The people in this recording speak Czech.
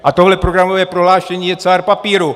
A tohle programové prohlášení je cár papíru.